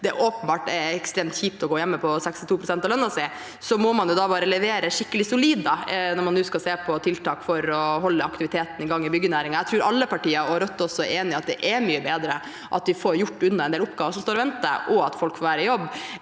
at det åpenbart er ekstremt kjipt å gå hjemme på 62 pst. av lønnen sin, må man bare levere skikkelig solid når man nå skal se på tiltak for å holde aktiviteten i gang i byggenæringen. Jeg tror alle partier, Rødt også, er enig i at det er mye bedre at de får gjort unna en del oppgaver som står og venter, og at folk får være i jobb,